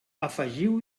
afegiu